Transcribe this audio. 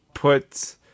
put